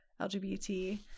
LGBT